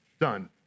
done